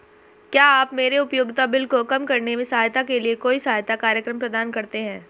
क्या आप मेरे उपयोगिता बिल को कम करने में सहायता के लिए कोई सहायता कार्यक्रम प्रदान करते हैं?